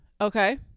Okay